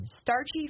starchy